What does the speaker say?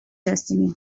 destiny